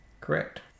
Correct